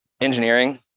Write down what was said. engineering